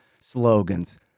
slogans